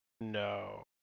No